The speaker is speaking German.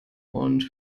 und